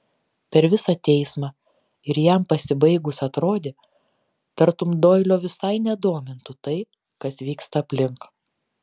per visą teismą ir jam pasibaigus atrodė tartum doilio visai nedomintų tai kas vyksta aplink